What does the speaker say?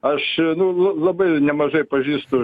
aš nu nu labai nemažai pažįstu